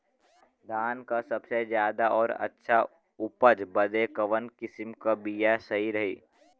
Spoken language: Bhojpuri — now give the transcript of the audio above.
धान क सबसे ज्यादा और अच्छा उपज बदे कवन किसीम क बिया सही रही?